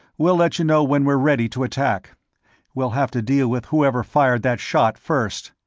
we'll let you know when we're ready to attack we'll have to deal with whoever fired that shot, first.